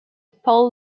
paul